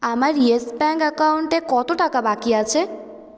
আমার Yes Bank অ্যাকাউন্টে কত টাকা বাকি আছে